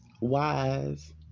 wise